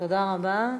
תודה רבה.